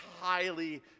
highly